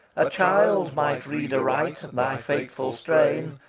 a child might read aright thy fateful strain.